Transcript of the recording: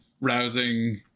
rousing